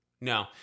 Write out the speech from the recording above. No